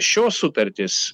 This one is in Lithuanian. šios sutartys